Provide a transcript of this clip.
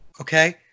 okay